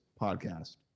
podcast